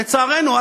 לצערנו,